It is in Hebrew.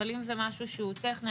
אם זה משהו שהוא טכני,